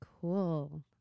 cool